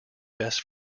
best